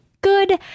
good